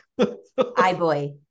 Eyeboy